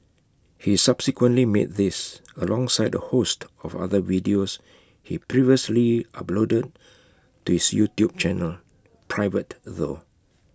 he subsequently made these alongside A host of other videos he previously uploaded to his YouTube channel private though